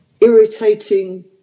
irritating